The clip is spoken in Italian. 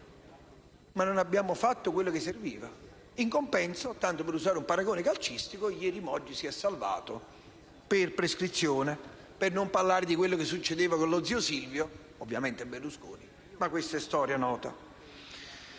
Ma non è stato fatto quello che serviva. In compenso, tanto per usare un paragone calcistico, ieri Moggi si è salvato per prescrizione. Per non parlare di ciò che è successo con zio Silvio, ovviamente Berlusconi. Ma questa è storia nota.